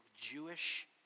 Jewish